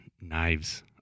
knives